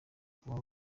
kuba